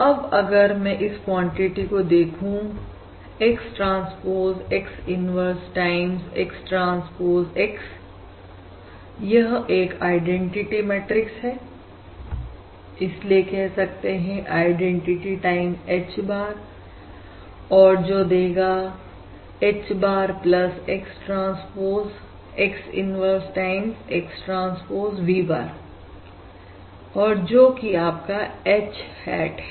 अब अगर मैं यहां इस क्वांटिटी को देखूं X transpose X inverse time X transpose X यह एक आईडेंटिटी मैट्रिक्स है इसलिए कह सकते हैं आईडेंटिटी टाइम H bar और जो देगा H bar X transpose X inverse time X transpose V bar और जो कि आपका H hat है